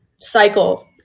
cycle